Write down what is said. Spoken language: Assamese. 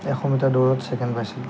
এশ মিটাৰ দৌৰত ছেকেণ্ড পাইছিলোঁ